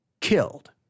killed